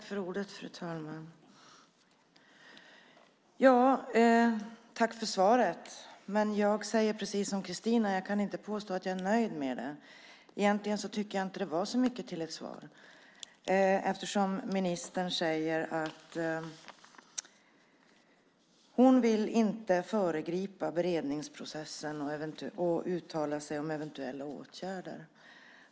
Fru talman! Tack för svaret! Men jag säger precis som Kristina, jag kan inte påstå att jag är nöjd med det. Egentligen tycker jag inte att det var så mycket till svar, eftersom ministern säger att hon inte vill föregripa beredningsprocessen och uttala sig om eventuella åtgärder.